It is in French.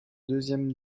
deuxième